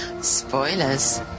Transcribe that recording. Spoilers